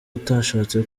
utashatse